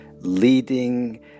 leading